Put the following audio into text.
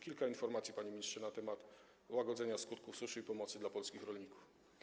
Kilka informacji, panie ministrze, na temat łagodzenia skutków suszy i pomocy dla polskich rolników.